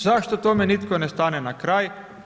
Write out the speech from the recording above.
Zašto tome nitko ne stane na kraj?